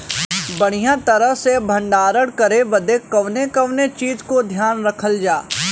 बढ़ियां तरह से भण्डारण करे बदे कवने कवने चीज़ को ध्यान रखल जा?